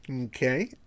Okay